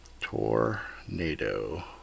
Tornado